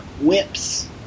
whips